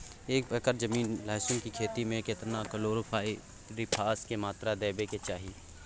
एक एकर जमीन लहसुन के खेती मे केतना कलोरोपाईरिफास के मात्रा देबै के चाही?